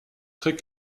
très